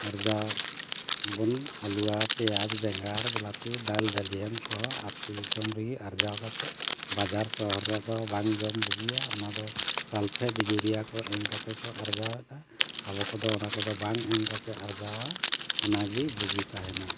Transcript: ᱟᱨᱡᱟᱣ ᱵᱚᱱ ᱟᱞᱩ ᱯᱮᱸᱭᱟᱡᱽ ᱵᱮᱸᱜᱟᱲ ᱵᱤᱞᱟᱹᱛᱤ ᱫᱟᱹᱞ ᱫᱟᱹᱞᱤᱭᱟᱱ ᱠᱚᱦᱚᱸ ᱟᱛᱳ ᱫᱤᱥᱚᱢ ᱨᱮᱜᱮ ᱟᱨᱡᱟᱣ ᱠᱟᱛᱮᱫ ᱵᱟᱡᱟᱨ ᱥᱚᱦᱚᱨ ᱨᱮᱫᱚ ᱵᱟᱝ ᱡᱚᱢ ᱵᱩᱜᱤᱭᱟ ᱚᱱᱟ ᱫᱚ ᱥᱟᱞᱯᱷᱮᱴ ᱤᱭᱩᱨᱤᱭᱟᱹ ᱠᱚ ᱮᱢ ᱠᱟᱛᱮ ᱠᱚ ᱟᱨᱡᱟᱣᱮᱫᱟ ᱟᱵᱚ ᱠᱚᱫᱚ ᱚᱱᱟ ᱠᱚᱫᱚ ᱵᱟᱝ ᱮᱢ ᱠᱟᱛᱮᱫ ᱟᱨᱡᱟᱣᱟ ᱚᱱᱟᱜᱮ ᱵᱩᱜᱤ ᱛᱟᱦᱮᱱᱟ